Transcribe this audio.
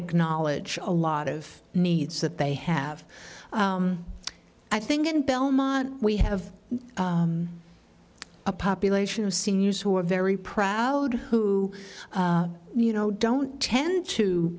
good knowledge a lot of needs that they have i think in belmont we have a population of seniors who are very proud who you know don't tend to